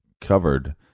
covered